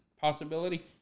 possibility